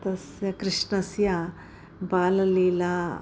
तस्य कृष्णस्य बाल्यलीलाः